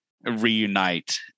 reunite